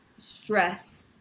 stress